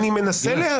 למה לא כממשלתית?